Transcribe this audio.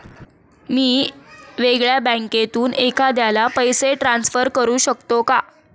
मी वेगळ्या बँकेतून एखाद्याला पैसे ट्रान्सफर करू शकतो का?